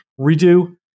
redo